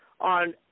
on